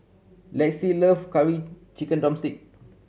Lexi love Curry Chicken drumstick